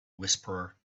whisperer